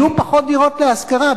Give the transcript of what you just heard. יהיו פחות דירות להשכרה.